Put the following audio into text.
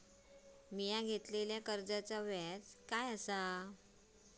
मी घेतलाल्या कर्जाचा व्याज काय आसा?